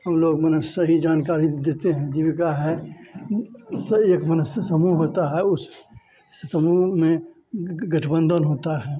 हम लोग मने सही जानकारी देते हैं जीविका है इससे एक मनुष्य समूह होता है उस उसी समूह गठबंधन होता है